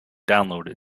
downloaded